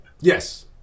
Yes